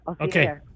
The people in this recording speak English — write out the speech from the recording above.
Okay